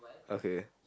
okay